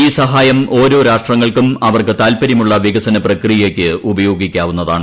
ഈ സഹായം ഓരോ രാഷ്ട്രങ്ങൾക്കും അവർക്ക് താത്പര്യമുള്ള വികസന പ്രക്രിയയ്ക്ക് ഉപയോഗിക്കാവുന്നതാണ്